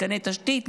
מתקני תשתית,